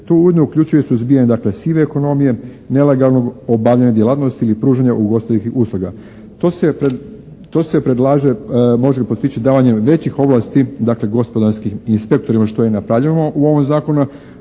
Tu ujedno uključuje suzbijanje dakle sive ekonomije, nelegalnog obavljanja djelatnosti ili pružanja ugostiteljskih usluga. To se predlaže, može postići davanjem većih ovlasti, dakle gospodarskim inspektorima što je napravljeno u ovom zakonu,